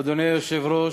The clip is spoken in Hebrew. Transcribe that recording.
אדוני היושב-ראש,